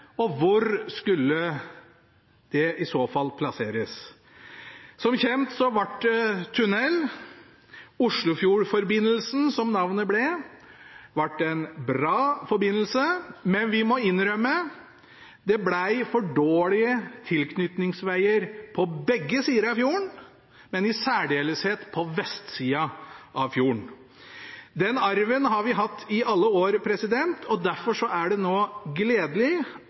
Og hvor skulle den i så fall plasseres? Som kjent ble det tunnel. Oslofjordforbindelsen, som navnet ble, ble en bra forbindelse, men vi må innrømme: Det ble for dårlige tilknytningsveier på begge sider av fjorden, men i særdeleshet på vestsida av fjorden. Den arven har vi hatt i alle år. Derfor er det gledelig at det nå